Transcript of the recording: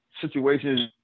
situations